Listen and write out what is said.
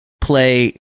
play